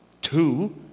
Two